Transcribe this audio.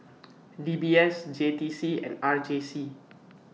D B S J T C and R J C